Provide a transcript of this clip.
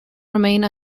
remain